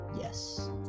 Yes